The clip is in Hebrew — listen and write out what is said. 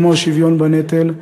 כמו השוויון בנטל.